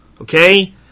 Okay